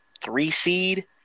three-seed